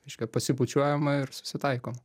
reiškia pasibučiuojama ir susitaikoma